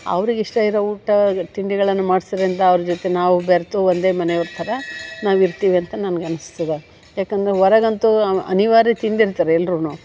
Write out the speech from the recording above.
ಅವ್ರಿಗೆ ಇಷ್ಟ ಇರೋ ಊಟ ತಿಂಡಿಗಳನ್ನು ಮಾಡ್ಸೋದ್ರಿಂದ ಅವ್ರ ಜೊತೆ ನಾವು ಬೆರೆತು ಒಂದೇ ಮನೆಯವ್ರ ಥರ ನಾವು ಇರ್ತೀವಿ ಅಂತ ನನ್ಗೆ ಅನ್ಸ್ತದೆ ಏಕಂದ್ರೆ ಹೊರಗಂತೂ ಅನಿವಾರ್ಯ ತಿಂದಿರ್ತಾರೆ ಎಲ್ರೂ